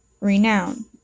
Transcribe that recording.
renown